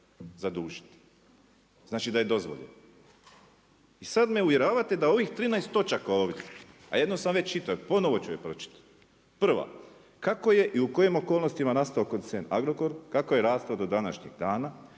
Znači da je dozvoljeno. I sad me uvjeravate da ovih 13 točaka ovdje, a jednu sam već čitao i ponovno ću ju pročitati. Prva, kako je i u kojim okolnostima nastao koncern Agrokor, kako je rastao do današnjeg dana